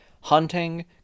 hunting